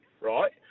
right